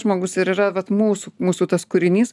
žmogus ir yra vat mūsų mūsų tas kūrinys